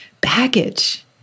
baggage